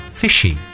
fishy